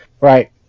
right